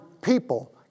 people